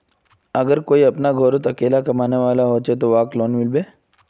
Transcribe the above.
अगर कोई अपना घोरोत अकेला कमाने वाला होचे ते वहाक लोन मिलबे?